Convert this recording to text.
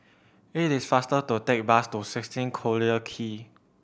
it is faster to take a bus to sixteen Collyer Quay